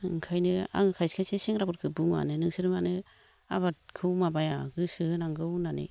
ओंखायनो आं खायसे खायसे सेंग्राफोरखो बुङोआनो नोंसोर मानो आबादखौ माबाया गोसो होनांगौ होननानै